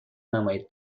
نمایید